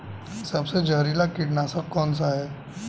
सबसे जहरीला कीटनाशक कौन सा है?